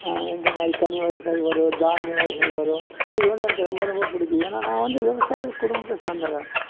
இந்தமாதிரி கனி வகைகள் வரும் தானிய வகைகள் வரும் இது வந்து எனக்கு ரொம்ப ரொம்ப பிடிக்கும் ஏன்னா நான் வந்து விவசாய குடும்பத்தை சேர்ந்தவன்